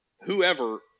whoever